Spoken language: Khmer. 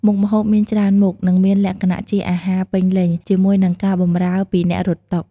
មុខម្ហូបមានច្រើនមុខ និងមានលក្ខណៈជាអាហារពេញលេញ ជាមួយនឹងការបម្រើពីអ្នករត់តុ។